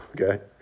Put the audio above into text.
okay